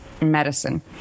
medicine